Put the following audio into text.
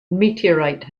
meteorite